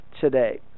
today